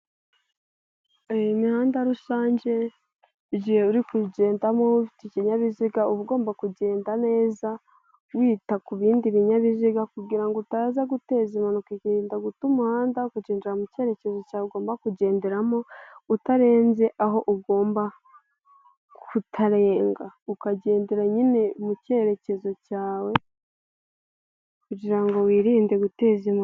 Imihanda rusange igihe uri kugendamo ufite ikinyabiziga uba ugomba kugenda neza wita ku bindi binyabiziga kugirango utaza guteza impanuka ukirinda guta umuhanda ukagendera mu cyerekezo cya we ugomba kugenderamo utarenze aho ugomba kutarenga, ukagendera nyine mu cyerekezo cyawe kugirango wirinde guteza impanuka.